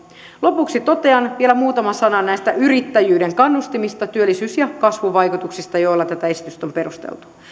lopuksi totean vielä muutaman sanan näistä yrittäjyyden kannustimista työllisyys ja kasvuvaikutuksista joilla tätä esitystä on perusteltu